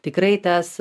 tikrai tas